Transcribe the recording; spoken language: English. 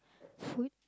food